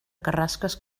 carrasques